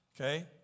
okay